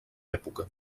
època